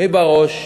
מי בראש?